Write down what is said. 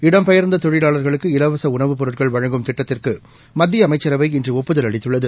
இடம்பெயாந்த தொழிலாளா்களுக்கு இலவச உணவுப் பொருட்கள் வழங்கும் திட்டத்திற்கு மத்திய அமைச்சரவை இன்றுஒப்புதல் அளித்துள்ளது